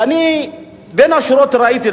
ואני בין השורות ראיתי,